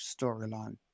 storyline